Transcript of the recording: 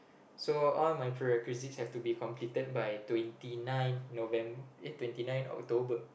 so all my prerequisites have to be completed by twenty nine November eh twenty nine October